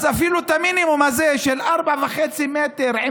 אז אפילו את המינימום הזה של 4.5 מטר עם